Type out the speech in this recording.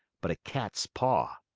but a cat's paw.